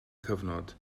cyfnod